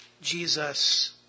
Jesus